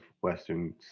Western